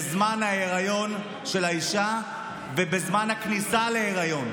בזמן ההיריון של האישה וגם בזמן הכניסה להיריון.